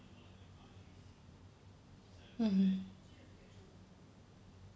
mmhmm